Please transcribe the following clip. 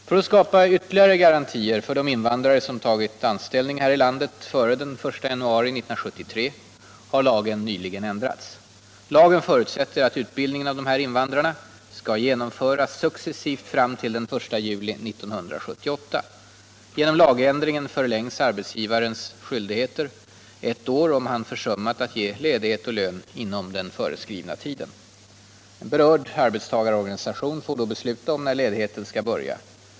För att skapa ytterligare garantier för de invandrare som tagit anställning här i landet före den 1 januari 1973 har lagen nyligen ändrats. Lagen förutsätter att utbildningen av dessa invandrare skall genomföras successivt fram till 1 juli 1978. Genom lagändringen förlängs arbetsgivarens skyldigheter ett år, om han har försummat att ge ledighet och lön inom den föreskrivna tiden. Berörd arbetstagarorganisation får då besluta om när ledigheten skall börja.